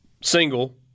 Single